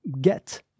get